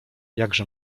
jakże